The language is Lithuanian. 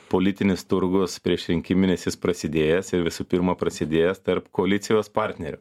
politinis turgus priešrinkiminis jis prasidėjęs ir visų pirma prasidėjęs tarp koalicijos partnerių